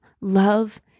love